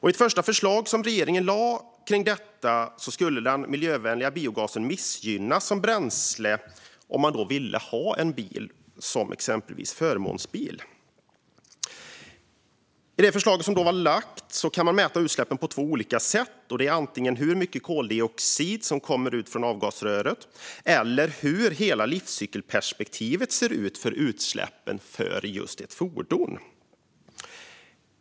I ett första förslag som regeringen lade fram kring detta skulle den miljövänliga biogasen missgynnas som bränsle om man exempelvis skulle vilja ha en förmånsbil. I det förslag som har lagts fram kan man mäta utsläppen på två olika sätt och gå efter antingen hur mycket koldioxid som kommer ut från avgasröret eller hur hela livscykelperspektivet ser ut för utsläppen för ett fordon.